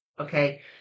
okay